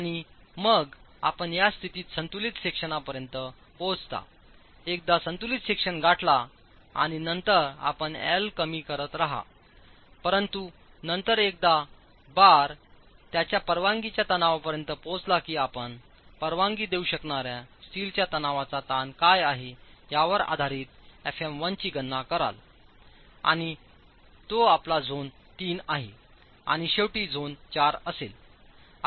आणि मग आपण या स्थितीत संतुलित सेक्शनपर्यंत पोहोचताएकदा संतुलित सेक्शन गाठला आणि नंतर आपण L कमी करत रहा परंतु नंतर एकदा बार त्यांच्या परवानगीच्या तणावापर्यंत पोहोचला की आपण परवानगी देऊ शकणार्या स्टीलच्या तणावाचा ताण काय आहे यावर आधारित fm1 ची गणना कराल आणि ते आपला झोन 3 आणि शेवटी झोन 4 असेल